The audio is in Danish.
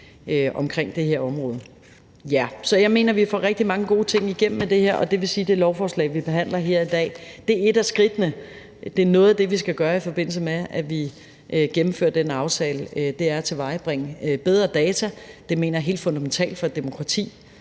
omkring det her område. Så jeg mener, at vi får rigtig mange gode ting igennem med det her, og det vil sige, at det lovforslag, vi behandler her i dag, er et af skridtene. Noget af det, vi skal gøre, i forbindelse med at vi gennemfører den aftale, er at tilvejebringe bedre data, for jeg mener, det er helt fundamentalt for et demokrati,